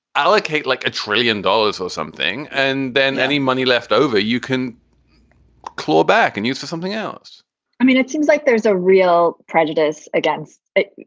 allocate like a trillion dollars or something and then any money left over, you can claw back and use for something else i mean, it seems like there's a real prejudice against it.